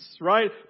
right